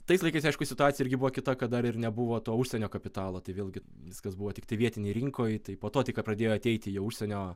tais laikais aišku situacija irgi buvo kita kad dar ir nebuvo to užsienio kapitalo tai vėlgi viskas buvo tiktai vietinėj rinkoj tai po to tik ką pradėjo ateiti jau užsienio